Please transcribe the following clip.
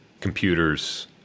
computers